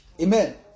Amen